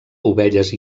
ovelles